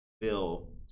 bill